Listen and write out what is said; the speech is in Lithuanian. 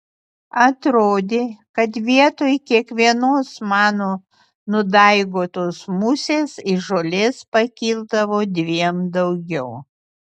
atrodė kad vietoj kiekvienos mano nudaigotos musės iš žolės pakildavo dviem daugiau